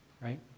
right